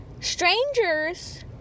strangers